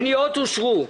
הצבעה הפניות אושרו.